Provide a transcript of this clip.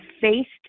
faced